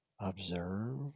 observe